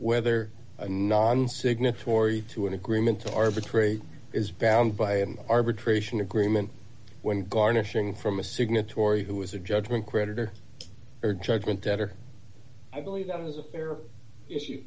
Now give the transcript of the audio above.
whether a non signatory to an agreement to arbitrate is bound by an arbitration agreement when garnishing from a signatory who is a judgment creditor or judgment debtor i believe that is a fair issue